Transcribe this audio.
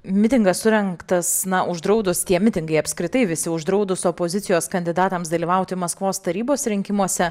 mitingas surengtas na uždraudus tie mitingai apskritai visi uždraudus opozicijos kandidatams dalyvauti maskvos tarybos rinkimuose